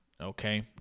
okay